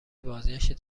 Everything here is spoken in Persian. بازگشت